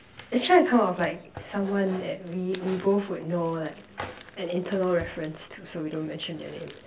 actually I thought of like someone that we we both would know like an internal reference so we don't mention their name